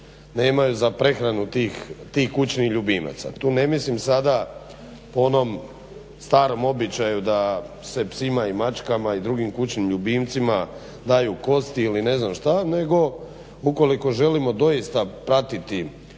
nemaju za prehranu tih kućnih ljubimaca. Tu ne mislim sada po onom starom običaju da se psima i mačkama i drugim kućnim ljubimcima daju kosti ili ne znam šta, nego ukoliko želimo doista pratiti